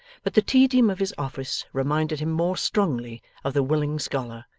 but the tedium of his office reminded him more strongly of the willing scholar,